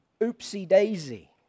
oopsie-daisy